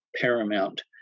paramount